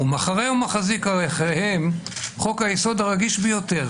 ומחרה ומחזיק אחריהם חוק היסוד הרגיש ביותר,